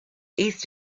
east